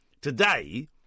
today